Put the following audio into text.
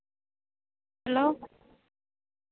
hello